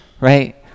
right